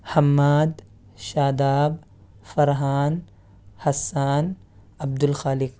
Hammad Shadab Farhan Hassan Abdul Khaliq